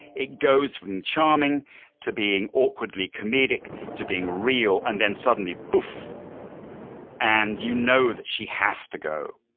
it goes from charming to being awkwardly comedic to being real. and then suddenly, boof and you know that she has to go